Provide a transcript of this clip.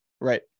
right